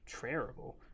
terrible